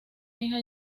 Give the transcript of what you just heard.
hija